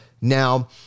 Now